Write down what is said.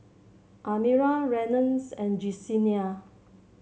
Almira Reynolds and Jesenia